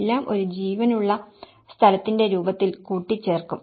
എല്ലാം ഒരു ജീവനുള്ള സ്ഥലത്തിന്റെ രൂപത്തിൽ കൂട്ടിച്ചേർക്കും